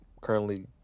currently